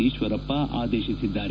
ಈಶ್ವರಪ್ಪ ಆದೇಶಿಸಿದ್ದಾರೆ